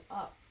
up